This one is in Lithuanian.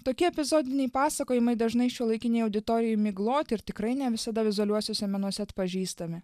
tokie epizodiniai pasakojimai dažnai šiuolaikinei auditorijai migloti ir tikrai ne visada vizualiuosiuose menuose atpažįstami